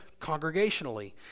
congregationally